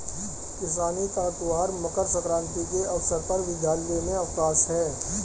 किसानी का त्यौहार मकर सक्रांति के अवसर पर विद्यालय में अवकाश है